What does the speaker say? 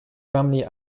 family